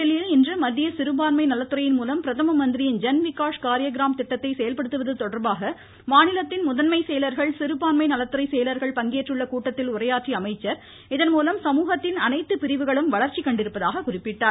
புதுதில்லியில் இன்று மத்திய சிறுபான்மை நலததுறையின் மூலம் பிரதம மந்திரியின் ஜன் விகாஷ் கார்ய கிராம் திட்டத்தை செயல்படுத்துவது தொடர்பாக செயலர்கள் சிறபான்மை செயல்கள் மாநிலத்தின் முதன்மை நலத்துறை பங்கேற்றுள்ள கூட்டத்தில் உரையாற்றிய அமைச்சர் இதன் மூலம் சமூகக்கின் அனைத்து பிரிவுகளும் வளர்ச்சி கண்டிருப்பதாக குறிப்பிட்டார்